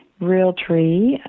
Realtree